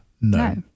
no